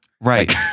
Right